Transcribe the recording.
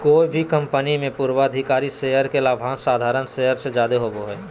कोय भी कंपनी मे पूर्वाधिकारी शेयर के लाभांश साधारण शेयर से जादे होवो हय